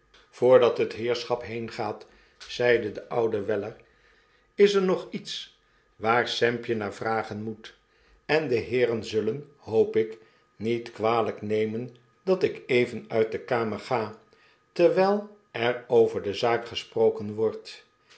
voordat het heerschap heengaat zeide de oude weller is er nog lets daar sampjenaar vragen moet en de heeren zullen hoop ik niet kwalgk nemen dat ik even uit de kamer ga terwyl er over de zaak gesproken wordt